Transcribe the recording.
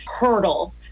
hurdle